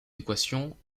équations